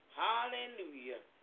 hallelujah